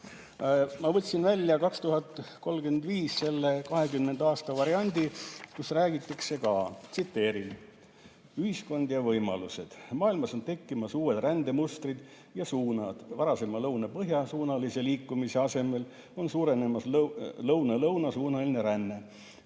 Ma võtsin välja selle [strateegia] 2020. aasta variandi, kus räägitakse ka järgmist, tsiteerin: "Ühiskond ja võimalused. Maailmas on tekkimas uued rändemustrid ja -suunad (varasema lõuna–põhja‑suunalise liikumise asemel on suurenemas lõuna–lõuna‑suunaline ränne).